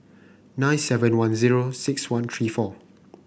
nine seven one zero six one three four